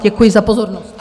Děkuji za pozornost.